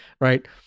Right